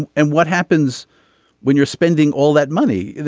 and and what happens when you're spending all that money.